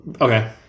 Okay